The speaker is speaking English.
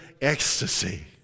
ecstasy